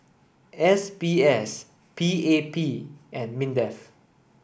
S B S P A P and MINDEF